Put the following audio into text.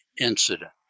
incident